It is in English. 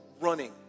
running